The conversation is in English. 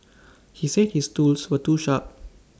he said his tools were too sharp